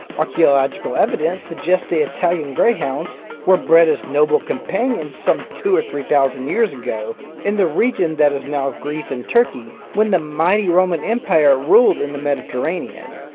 archaeological evidence suggests that italian greyhounds were bred as noble companions some two or three thousand years ago in the region that is now greece and turkey when the mighty roman empire ruled in the mediterranean,